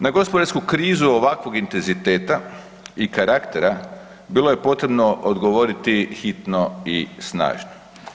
Na gospodarsku krizu ovakvog intenziteta i karaktera, bilo je potrebno odgovoriti hitno i snažno.